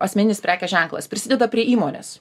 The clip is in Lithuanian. asmeninis prekės ženklas prisideda prie įmonės